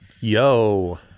Yo